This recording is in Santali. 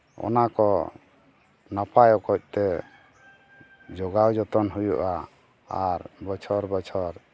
ᱚᱱᱟ ᱠᱚ ᱱᱟᱯᱟᱭ ᱚᱠᱚᱡᱛᱮ ᱡᱚᱜᱟᱣ ᱡᱚᱛᱚᱱ ᱦᱩᱭᱩᱜᱼᱟ ᱟᱨ ᱵᱚᱪᱷᱚᱨ ᱵᱚᱪᱷᱚᱨ